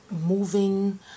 moving